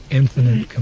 infinite